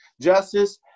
justice